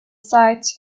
site